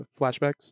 flashbacks